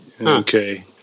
Okay